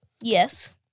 Yes